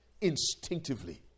Instinctively